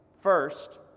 first